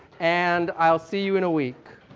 and i'll see you in a week.